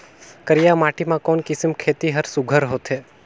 करिया माटी मा कोन किसम खेती हर सुघ्घर होथे?